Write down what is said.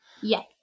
Yes